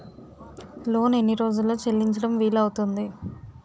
Loan ఎన్ని రోజుల్లో చెల్లించడం వీలు అవుతుంది?